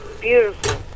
Beautiful